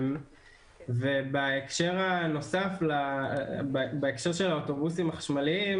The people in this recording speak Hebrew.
ובהקשר של האוטובוסים החשמליים,